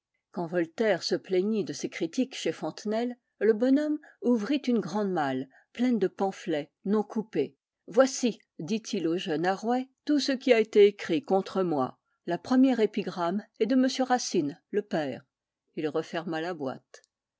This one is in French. quand voltaire se plaignit de ses critiques chez fontenelle le bonhomme ouvrit une grande malle pleine de pamphlets non coupés voici dit-il au jeune arouet tout ce qui a été écrit contre moi la première épigramme est de m racine le père il referma la boîte